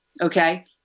Okay